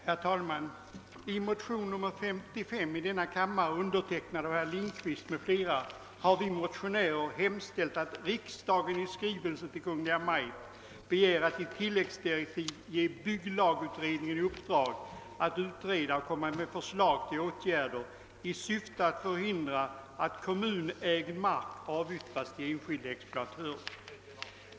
Herr talman! I motion nr 599 i denna kammare, undertecknad av herr Lindkvist m.fl., har vi motionärer hemställt »att riksdagen i skrivelse till Kungl. Maj:t begär att i tilläggsdirektiv ge bygglagutredningen i uppdrag att utreda och komma med förslag till åtgärder i syfte att förhindra att kommunägd mark avyttras till enskilda exploatörer».